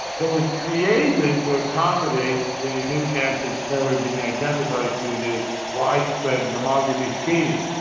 but was created to accommodate the new cancers that were being identified through this widespread mammography screening.